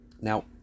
Now